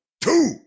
two